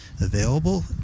available